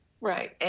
Right